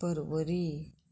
परवरी